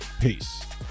Peace